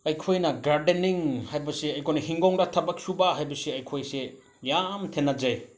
ꯑꯩꯈꯣꯏꯅ ꯒꯥꯔꯗꯦꯅꯤꯡ ꯍꯥꯏꯕꯁꯦ ꯑꯩꯈꯣꯏꯅ ꯏꯪꯈꯣꯜꯗ ꯊꯕꯛ ꯁꯨꯕ ꯍꯥꯏꯕꯁꯦ ꯑꯩꯈꯣꯏꯁꯦ ꯌꯥꯝ ꯊꯦꯡꯅꯖꯩ